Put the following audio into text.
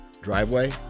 driveway